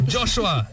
Joshua